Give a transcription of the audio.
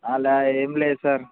అలా ఏమి లేదు సార్